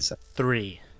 three